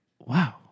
Wow